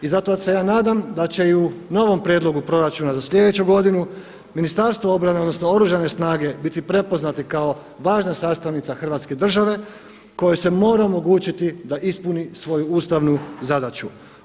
I zato se ja nadam da će i u novom prijedlogu proračuna za slijedeću godinu Ministarstvo obrane, odnosno Oružane snage biti prepoznate kao važna sastavnica hrvatske države kojoj se mora omogućiti da ispuni svoju ustavnu zadaću.